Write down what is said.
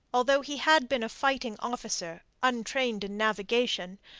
although he had been a fighting officer, untrained in navigation,